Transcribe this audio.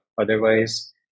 otherwise